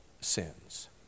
sins